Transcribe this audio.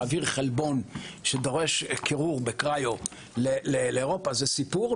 להעביר חלבון שדורש קירור בקריו לאירופה זה סיפור,